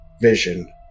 Vision